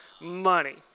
money